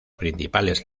principales